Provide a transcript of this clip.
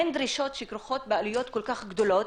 הן דרישות שכרוכות בעלויות כל כך גדולות,